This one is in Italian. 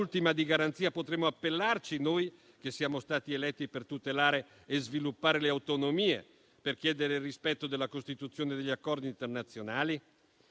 di garanzia potremo appellarci, noi che siamo stati eletti per tutelare e sviluppare le autonomie e per chiedere il rispetto della Costituzione e degli accordi internazionali?